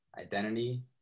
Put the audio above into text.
identity